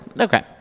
Okay